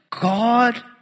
God